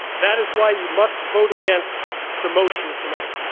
that is why you must vote against the motion tonight,